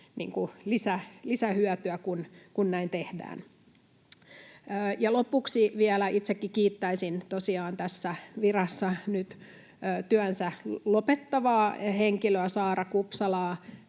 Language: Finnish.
lisähyötyä, kun näin tehdään. Lopuksi vielä itsekin kiittäisin tosiaan tässä virassa nyt työnsä lopettavaa henkilöä, Saara Kupsalaa,